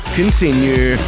continue